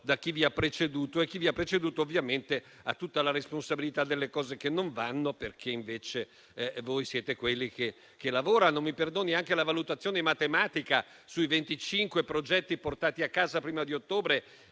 Grazie a tutti